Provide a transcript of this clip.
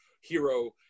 hero